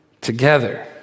Together